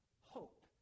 hope